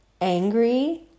angry